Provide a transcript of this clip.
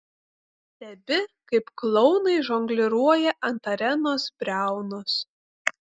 stebi kaip klounai žongliruoja ant arenos briaunos